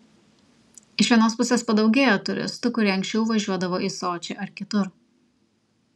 iš vienos pusės padaugėjo turistų kurie anksčiau važiuodavo į sočį ar kitur